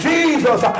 Jesus